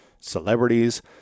celebrities